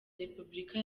repubulika